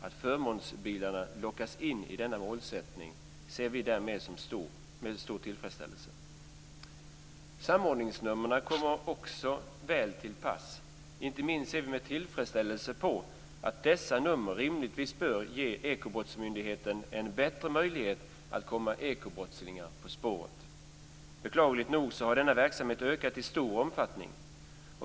Att förmånsbilarna lockas in i denna målsättning ser vi med stor tillfredsställelse. Samordningsnumren kommer också väl till pass. Inte minst ser vi med tillfredsställelse på att dessa nummer rimligtvis bör ge Ekobrottsmyndigheten en bättre möjlighet att komma ekobrottslingar på spåret. Beklagligt nog har denna verksamhet ökat i stor omfattning.